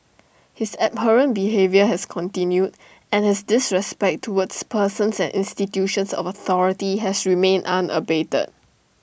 his abhorrent behaviour has continued and his disrespect towards persons and institutions of authority has remained unabated